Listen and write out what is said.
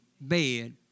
bed